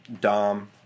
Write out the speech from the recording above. Dom